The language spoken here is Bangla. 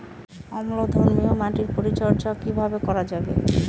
অম্লধর্মীয় মাটির পরিচর্যা কিভাবে করা যাবে?